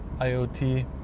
IoT